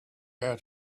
out